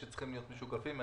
שצריכים להיות משוקפים.